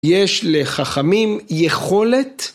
יש לחכמים יכולת